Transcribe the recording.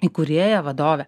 įkūrėja vadovė